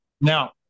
Now